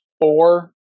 four